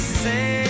say